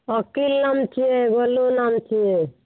वकील नाम छियै गोलू नाम छियै